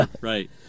Right